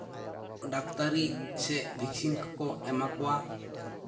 ᱰᱟᱠᱛᱟᱨᱤ ᱥᱮ ᱵᱷᱮᱹᱠᱥᱤᱱ ᱠᱚᱠᱚ ᱮᱢᱟ ᱠᱚᱣᱟ